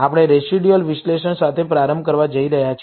આપણે રેસિડયુઅલ વિશ્લેષણ સાથે પ્રારંભ કરવા જઈ રહ્યા છીએ